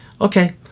okay